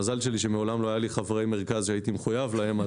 המזל שלי הוא שמעולם לא היו לי חברי מרכז שהייתי מחויב להם,